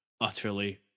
utterly